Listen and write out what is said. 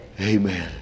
Amen